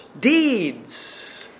deeds